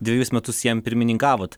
dvejus metus jam pirmininkavot